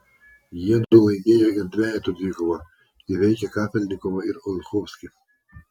jiedu laimėjo ir dvejetų dvikovą įveikę kafelnikovą ir olchovskį